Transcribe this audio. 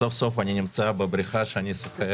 סוף סוף אני נמצא בבריכה שאני שוחה